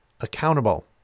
accountable